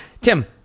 Tim